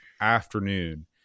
afternoon